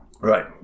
Right